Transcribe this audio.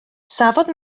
safodd